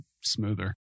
smoother